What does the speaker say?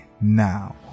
now